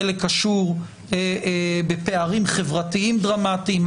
חלק קשור בפערים חברתיים דרמטיים.